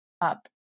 up